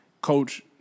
coach